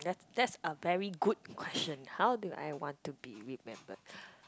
that's a very good question how do I want to be remembered